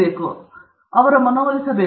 ಆದ್ದರಿಂದ ತಿಳಿಸಿ ಮತ್ತು ಮನವೊಲಿಸುವುದು